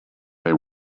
they